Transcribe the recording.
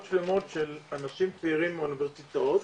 שלמות של אנשים צעירים מאוניברסיטאות,